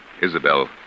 Isabel